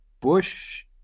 Bush